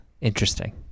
Interesting